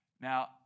Now